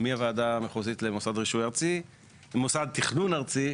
מוועדה מחוזית למוסד רישוי ארצי, מוסד תכנון ארצי,